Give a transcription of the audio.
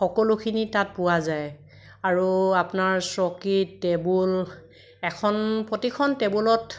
সকলোখিনি তাত পোৱা যায় আৰু আপোনাৰ চকী টেবুল এখন প্ৰতিখন টেবুলত